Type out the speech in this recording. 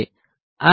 આ register common છે